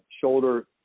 shoulder